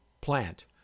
plant